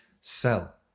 Sell